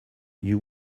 you